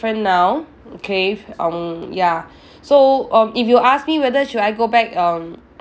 different now okay um ya so um if you ask me whether should I go back um